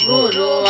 Guru